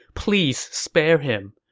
please spare him.